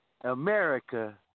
America